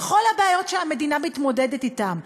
בכל הבעיות שהמדינה מתמודדת אתן,